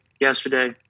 yesterday